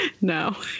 No